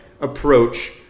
approach